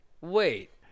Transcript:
Wait